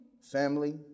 family